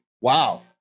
wow